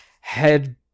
head